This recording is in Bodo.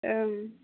ओं